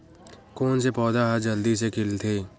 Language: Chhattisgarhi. कोन से पौधा ह जल्दी से खिलथे?